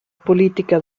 política